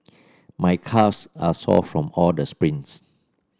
my calves are sore from all the sprints